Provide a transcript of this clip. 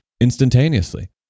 instantaneously